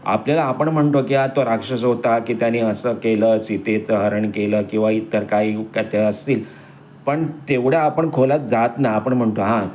आपल्याला आपण म्हणतो की आता तो राक्षस होता की त्याने असं केलं सीतेचं हरण केलं किंवा इतर काही काय ते असतील पण तेवढ्या आपण खोलात जात नाही आपण म्हणतो हां